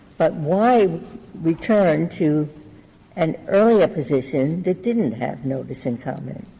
but why return to an earlier position that didn't have notice and comment?